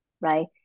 right